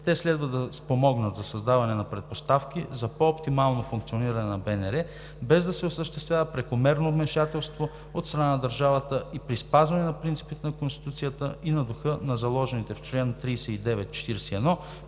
Те следва да спомогнат за създаване на предпоставки за по-оптимално функциониране на Българското национално радио, без да се осъществява прекомерно вмешателство от страна на държавата и при спазване на принципите на Конституцията и на духа на заложените в чл. 39